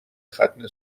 ختنه